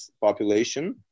population